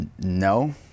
No